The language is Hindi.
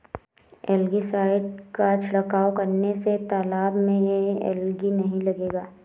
एलगी साइड का छिड़काव करने से तालाब में एलगी नहीं लगेगा